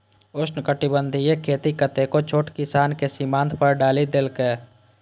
उष्णकटिबंधीय खेती कतेको छोट किसान कें सीमांत पर डालि देलकै